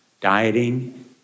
dieting